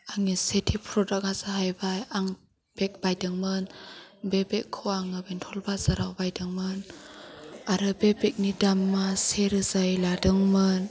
आंनि सेथि प्रडाक्टआ जाहैबाय आं बेग बायदोंमोन बे बेगखौ आङो बेंटल बाजाराव बायदोंमोन आरो बे बेगनि दामा से रोजायै लादोंमोन